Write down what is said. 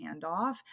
handoff